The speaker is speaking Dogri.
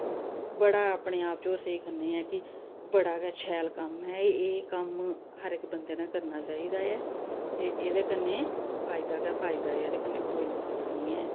बड़ा अपने आप च ओह् सेही करने आं कि बड़ा गै शैल कम्म ऐ एह् कम्म हर इक बंंदे नै करना चाहिदा ऐ ते एह्दे कन्नै फैदा गै फैदा ऐ एह्दे कन्नै कोई नुक्सान निं ऐ